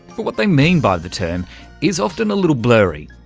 but what they mean by the term is often a little blurry.